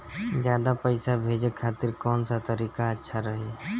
ज्यादा पईसा भेजे खातिर कौन सा तरीका अच्छा रही?